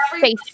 face